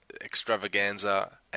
extravaganza